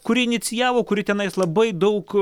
kuri inicijavo kuri tenais labai daug